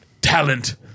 talent